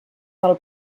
del